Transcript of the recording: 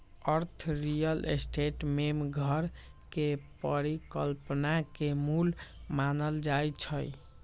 अर्थ real estate में घर के परिकल्पना के मूल मानल जाई छई